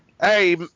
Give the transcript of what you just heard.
Hey